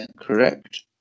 correct